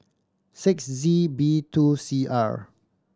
six Z B two C R